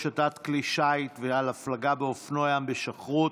השטת כלי שיט ועל הפלגה באופנוע ים בשכרות),